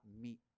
meet